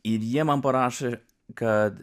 ir jie man parašė kad